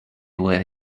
where